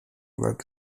work